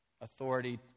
authority